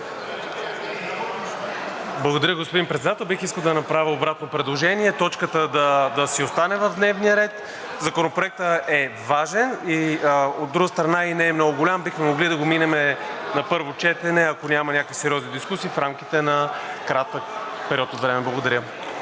Благодаря, господин Председател. Бих искал да направя обратно предложение – точката да си остане в дневния ред. Законопроектът е важен, от друга страна и не е много голям. Бихме могли да го минем на първо четене, ако няма някакви сериозни дискусии в рамките на кратък период от време. Благодаря.